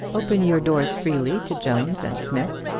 open your doors freely to jones and smith,